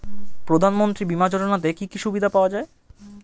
প্রধানমন্ত্রী বিমা যোজনাতে কি কি সুবিধা পাওয়া যায়?